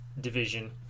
division